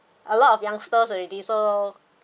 a lot of youngsters already so